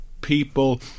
people